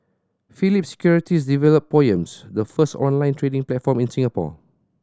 Phillip Securities developed Poems the first online trading platform in Singapore